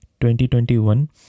2021